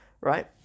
right